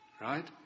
right